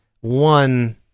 one